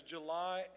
July